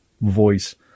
voice